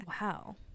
Wow